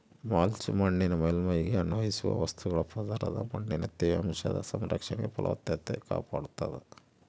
mulch ಮಣ್ಣಿನ ಮೇಲ್ಮೈಗೆ ಅನ್ವಯಿಸುವ ವಸ್ತುಗಳ ಪದರ ಮಣ್ಣಿನ ತೇವಾಂಶದ ಸಂರಕ್ಷಣೆ ಫಲವತ್ತತೆ ಕಾಪಾಡ್ತಾದ